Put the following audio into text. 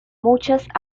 muchas